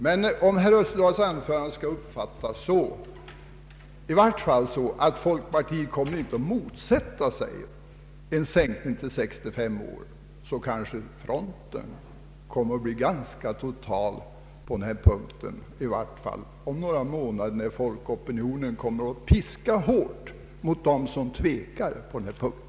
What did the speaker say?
Men om herr Österdahls anförande skall uppfattas så att folkpartiet i vart fall inte kommer att motsätta sig en sänkning till 65 år kommer kanske fronten att bli ganska total på denna punkt, åtminstone om några månader, när folkopinionen kommer att piska hårt mot dem som tvekar på denna punkt.